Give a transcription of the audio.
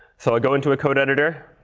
so i go into a code editor,